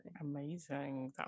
Amazing